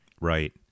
right